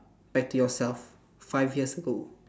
back to yourself five years ago